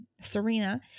Serena